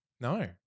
No